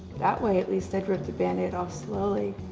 that way at least i'd rip the band-aid off slowly